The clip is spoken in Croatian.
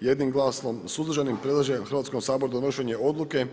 jednim glasom suzdržanim, preloženo Hrvatskom saboru donošenje odluke.